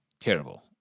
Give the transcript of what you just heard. terrible